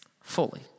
Fully